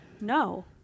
no